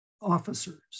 officers